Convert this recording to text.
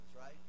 right